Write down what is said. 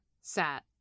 sat